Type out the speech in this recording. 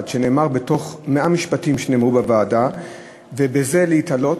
מתוך 100 משפטים שנאמרו בוועדה ובזה להיתלות,